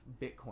Bitcoin